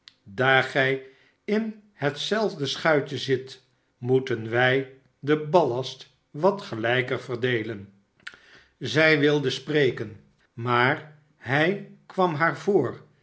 daar gij in hetzelfde schuitje zit moeten wij den ballast wat gelijker verdeelen zij wilde spreken maar hij kwam haar voor